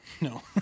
No